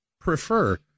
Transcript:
prefer